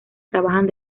trabajan